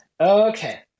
Okay